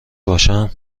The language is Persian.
باشم